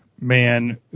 man